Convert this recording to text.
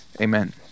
Amen